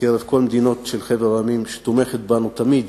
מקרב כל מדינות חבר העמים שתומכת בנו תמיד